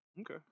Okay